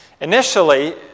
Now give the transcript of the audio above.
Initially